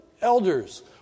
elders